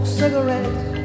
cigarettes